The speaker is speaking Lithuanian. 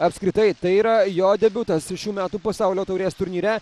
apskritai tai yra jo debiutas šių metų pasaulio taurės turnyre